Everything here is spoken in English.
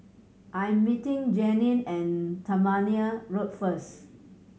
I am meeting Janine at Tangmere Road first